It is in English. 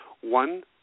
one